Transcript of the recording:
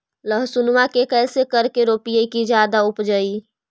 लहसूनमा के कैसे करके रोपीय की जादा उपजई?